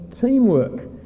teamwork